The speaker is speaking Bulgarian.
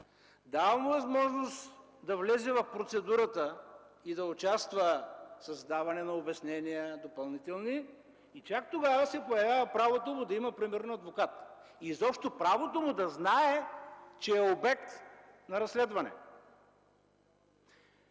дава му възможност да влезе в процедурата и да участва с даване на допълнителни обяснения и чак тогава се появява правото му да има примерно адвокат и изобщо правото му да знае, че е обект на разследване.